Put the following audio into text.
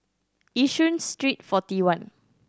Yishun Street Forty One